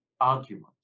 argument